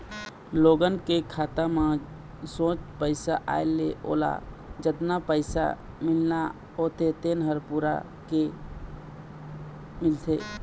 लोगन के खाता म सोझ पइसा आए ले ओला जतना पइसा मिलना होथे तेन ह पूरा के पूरा मिलथे